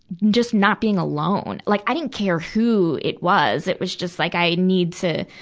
just not being alone. like, i didn't care who it was. it was just like i need to,